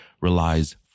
relies